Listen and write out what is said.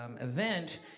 event